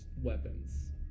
weapons